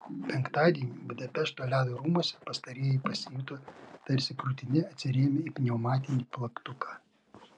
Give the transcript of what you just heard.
penktadienį budapešto ledo rūmuose pastarieji pasijuto tarsi krūtine atsirėmę į pneumatinį plaktuką